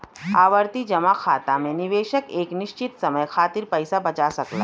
आवर्ती जमा खाता में निवेशक एक निश्चित समय खातिर पइसा बचा सकला